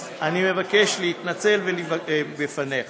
אז אני מבקש להתנצל בפניך,